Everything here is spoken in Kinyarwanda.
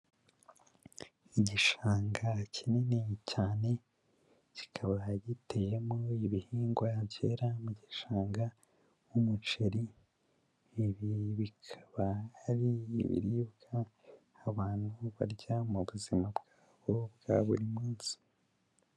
Igishanga kinini cyane, kikaba giteyemo ibihingwa byera mu gishanga nk'umuceri, ibi bikaba ari ibiribwa abantu barya mu buzima bwabo bwa buri munsi.